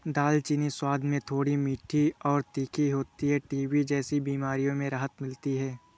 दालचीनी स्वाद में थोड़ी मीठी और तीखी होती है टीबी जैसी बीमारियों में राहत मिलती है